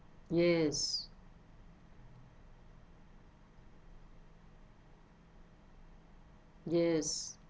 yes yes